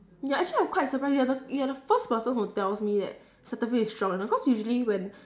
ya actually I'm quite surprised you're the you're the first person who tells me that cetaphil is strong you know cause usually when